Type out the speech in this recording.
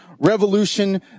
revolution